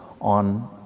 on